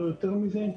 לא יותר מזה.